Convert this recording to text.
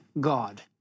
God